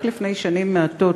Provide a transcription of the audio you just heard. רק לפני שנים מעטות,